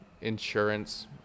insurance